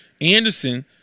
Anderson